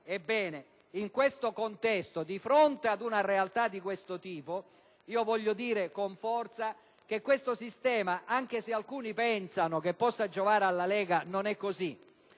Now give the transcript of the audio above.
Ebbene, in questo contesto, di fronte ad una realtà di questo tipo, voglio dire con forza che, anche se alcuni pensano che questo sistema possa giovare alla Lega, non è così.